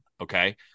Okay